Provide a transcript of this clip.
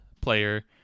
player